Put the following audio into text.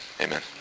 Amen